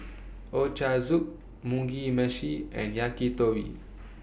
Ochazuke Mugi Meshi and Yakitori